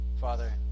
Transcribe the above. Father